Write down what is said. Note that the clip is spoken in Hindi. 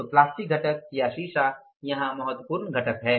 तो प्लास्टिक घटक या शीशा यहाँ महत्वपूर्ण घटक है